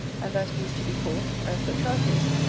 and that he is to be caught, as the trout is,